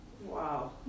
Wow